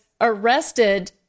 arrested